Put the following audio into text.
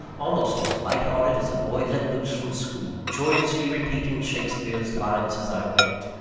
almost as light-hearted as a boy let loose from school, joyously repeating shakespeare's lines as i went